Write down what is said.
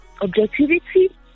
objectivity